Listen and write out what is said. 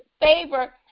favor